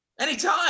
Anytime